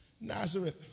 Nazareth